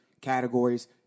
categories